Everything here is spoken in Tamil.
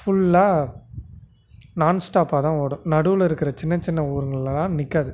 ஃபுல்லாக நான் ஸ்டாப்பாகதான் ஓடும் நடுவில் இருக்கிற சின்ன சின்ன ஊருங்களெலாம் நிற்காது